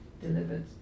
delivered